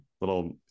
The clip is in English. little